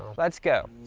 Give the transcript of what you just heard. let's go.